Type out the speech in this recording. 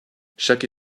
chaque